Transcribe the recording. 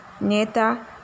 Neta